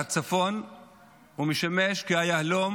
הצפון משמש כיהלום